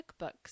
cookbooks